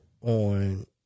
on